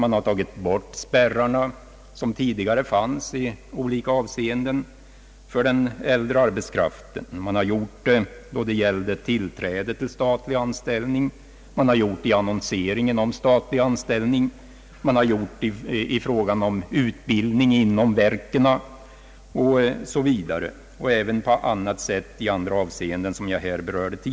Man tar tagit bort spärrar som tidigare har funnits i olika avseenden — i fråga om tillträde till statlig anställning, annonsering om statliga tjänster, utbildning inom verken osv.